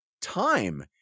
time